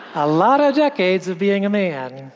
a lot of decades of being a man.